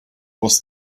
was